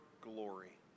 glory